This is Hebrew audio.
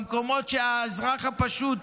במקומות שבהם האזרח הפשוט,